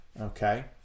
okay